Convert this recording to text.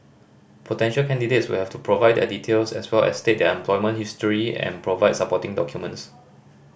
potential candidates will have to provide their details as well as state their employment history and provide supporting documents